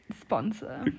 sponsor